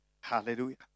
Hallelujah